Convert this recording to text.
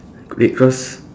red cross